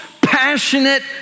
passionate